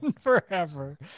forever